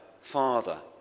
Father